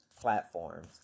platforms